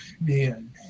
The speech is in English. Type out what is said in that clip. man